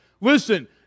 Listen